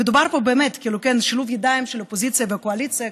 מדובר פה באמת בשילוב ידיים של האופוזיציה והקואליציה,